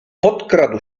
podkradł